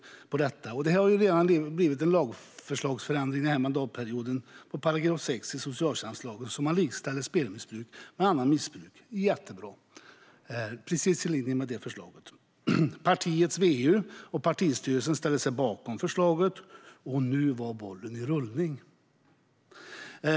Det har redan kommit ett förslag den här mandatperioden om en ändring av § 6 i socialtjänstlagen så att man likställer spelmissbruk med annat missbruk. Jättebra! Det är precis i linje med vårt förslag. Partiets verkställande utskott och partistyrelsen ställde sig bakom förslaget. Nu var bollen i rullning.